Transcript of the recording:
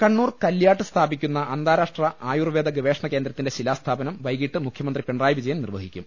കണ്ണൂർ കല്ല്യാട്ട് സ്ഥാപിക്കുന്ന അന്താരാഷ്ട്ര ആയൂർവേദ ഗവേഷണ കേന്ദ്രത്തിന്റെ ശിലാസ്ഥാപനം വൈകീട്ട് മുഖ്യമന്ത്രി പിണറായി വിജയൻ നിർവഹിക്കും